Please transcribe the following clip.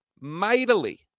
Mightily